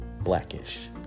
Blackish